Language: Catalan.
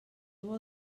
vol